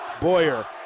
Boyer